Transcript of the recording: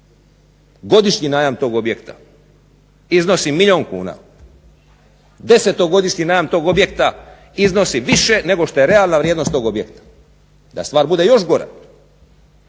Godišnji najam tog objekta iznosi milijun kuna. Desetogodišnji najam tog objekta iznosi više nego što je realna vrijednost tog objekta. Da stvar bude još gora